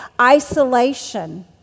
isolation